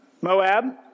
Moab